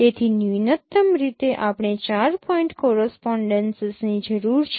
તેથી ન્યૂનતમ રીતે આપણે 4 પોઇન્ટ કોરસપોનડેન્સીસ ની જરૂર છે